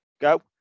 Go